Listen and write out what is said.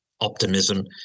optimism